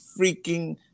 freaking